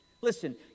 Listen